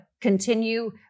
continue